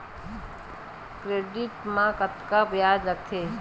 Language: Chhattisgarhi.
क्रेडिट मा कतका ब्याज लगथे?